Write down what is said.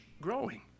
growing